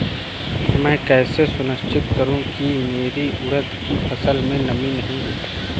मैं कैसे सुनिश्चित करूँ की मेरी उड़द की फसल में नमी नहीं है?